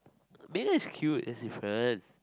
Megan is cute that's different